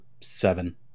seven